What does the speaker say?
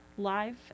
live